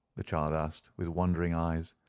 the child asked, with wondering eyes.